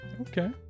Okay